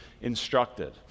instructed